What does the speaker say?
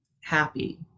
happy